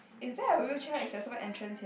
is there a wheelchair accessible entrance here